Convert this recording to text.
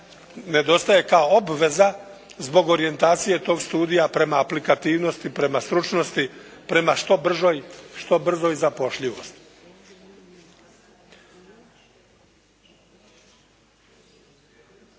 Nedostaje kao obveza zbog orijentacije tog studija prema aplikativnosti, prema stručnosti, prema što bržoj zapošljivosti.